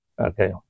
Okay